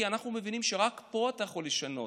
כי אנחנו מבינים שרק פה אתה יכול לשנות,